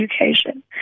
education